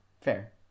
Fair